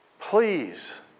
Please